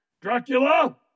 Dracula